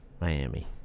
Miami